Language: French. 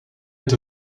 est